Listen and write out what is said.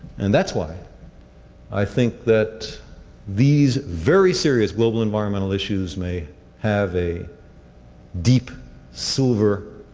and that's why i think that these very serious global environmental issues may have a deep silver-lining.